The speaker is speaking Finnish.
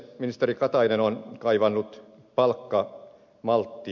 ministeri katainen on kaivannut palkkamalttia